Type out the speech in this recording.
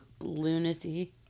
lunacy